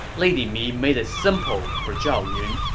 lady mi made it simple for zhao yun.